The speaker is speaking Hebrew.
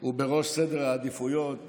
הוא בראש סדר העדיפויות שלה,